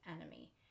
enemy